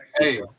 Hey